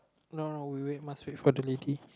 no no we wait must wait for the lady